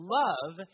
love